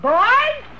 Boys